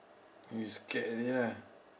you scared already lah